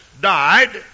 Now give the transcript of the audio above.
died